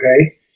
okay